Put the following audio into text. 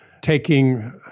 taking